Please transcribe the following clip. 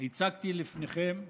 הצגתי לפניכם,